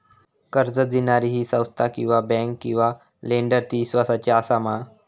कर्ज दिणारी ही संस्था किवा बँक किवा लेंडर ती इस्वासाची आसा मा?